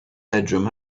bedroom